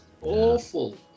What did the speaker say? awful